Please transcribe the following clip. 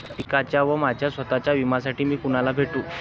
पिकाच्या व माझ्या स्वत:च्या विम्यासाठी मी कुणाला भेटू?